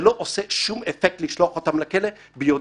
זה לא עושה שום אפקט לשלוח אותם לכלא כשהם